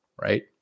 right